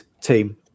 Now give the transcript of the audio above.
team